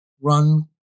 run